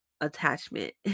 attachment